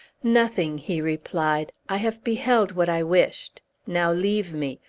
nothing, he replied. i have beheld what i wished. now leave me.